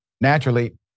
naturally